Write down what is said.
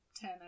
ten